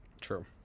True